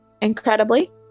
incredibly